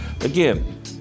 again